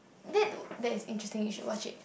that that is interesting you should watch it